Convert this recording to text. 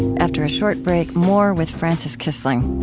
after a short break, more with frances kissling.